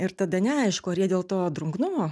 ir tada neaišku ar jie dėl to drungnumo